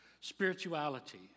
Spirituality